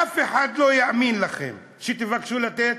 אף אחד לא יאמין לכם כשתבקשו לתת